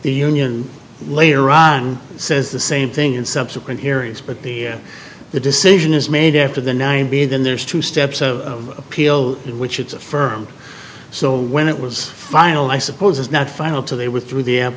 union later ron says the same thing in subsequent hearings but the the decision is made after the nine b then there's two steps of appeal in which it's affirmed so when it was final i suppose it's not final to they were through the